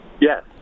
Yes